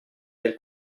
del